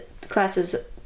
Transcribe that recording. classes